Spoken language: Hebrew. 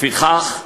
לפיכך,